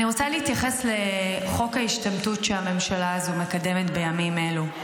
אני רוצה להתייחס לחוק ההשתמטות שהממשלה הזו מקדמת בימים אלו.